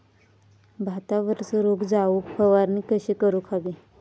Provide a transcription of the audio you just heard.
भातावरचो रोग जाऊक फवारणी कशी करूक हवी?